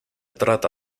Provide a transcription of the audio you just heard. trata